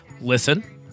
listen